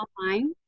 online